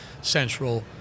central